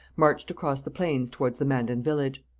marched across the plains towards the mandan village.